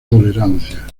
tolerancia